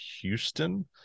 Houston